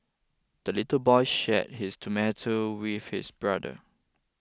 the little boy shared his tomato with his brother